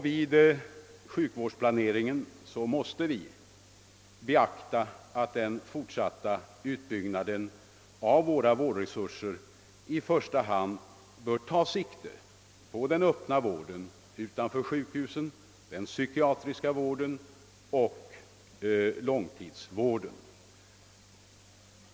Vid sjukvårdsplaneringen måste vi beakta att den fortsatta utbyggnaden av våra vårdresurser i första hand bör ta sikte på den öppna vården utanför sjukhusen, den psykiatriska vården och långtidsvården.